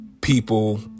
people